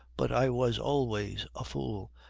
but i was always a fool,